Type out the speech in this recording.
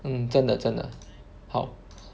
mm 真的真的好